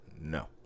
No